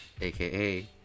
aka